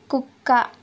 కుక్క